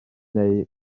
neu